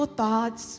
thoughts